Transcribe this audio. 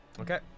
okay